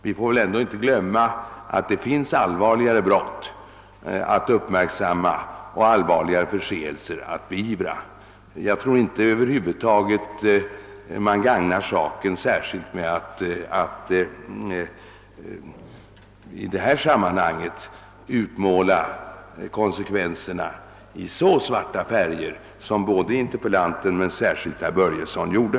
Vi får väl ändå inte glömma att det finns allvarligare förseelser och brott att uppmärksamma och beivra. Jag tror över huvud taget inte att man gagnar saken genom att i det här sammanhanget utmåla konsekvenserna i så mörka färger som interpellanten och särskilt herr Börjesson gjorde.